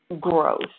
growth